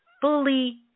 fully